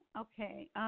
Okay